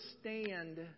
stand